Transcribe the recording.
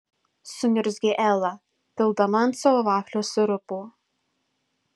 suniurzgė ela pildama ant savo vaflio sirupo